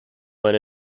when